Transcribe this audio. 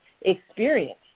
experience